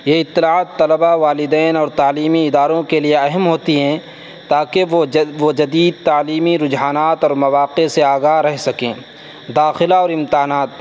یہ اطلاعات طلبہ والدین اور تعلیمی اداروں کے لیے اہم ہوتی ہیں تاکہ وہ وپ جدید تعلیمی رجحانات اور مواقع سے آگاہ رہ سکیں داخلہ اور امتحانات